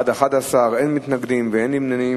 בעד, 11, אין מתנגדים ואין נמנעים.